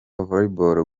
volleyball